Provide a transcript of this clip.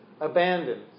abandoned